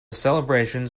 celebrations